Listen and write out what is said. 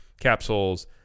capsules